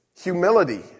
humility